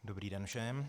Dobrý den všem.